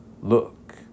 Look